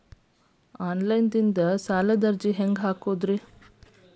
Online ಒಳಗ ಸಾಲದ ಅರ್ಜಿ ಹೆಂಗ್ ಹಾಕುವುದು?